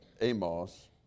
Amos